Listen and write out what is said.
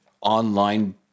online